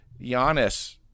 Giannis